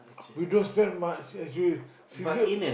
because that much actually cigarette